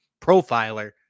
Profiler